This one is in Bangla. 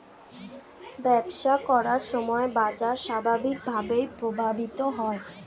ব্যবসা করার সময় বাজার স্বাভাবিকভাবেই প্রভাবিত হয়